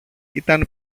ήταν